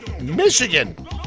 michigan